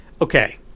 Okay